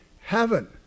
heaven